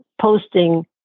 posting